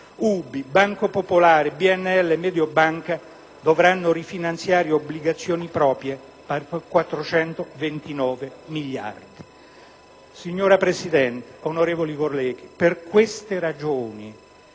Ubi, Banco popolare, Bnl, Mediobanca e Bpm, dovranno rifinanziare obbligazioni proprie per 429 miliardi. Signora Presidente, onorevoli colleghi, per queste ragioni,